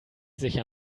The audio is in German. sicher